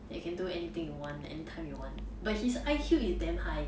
that you can do anything you want anytime you want but he's I_Q is damn high